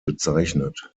bezeichnet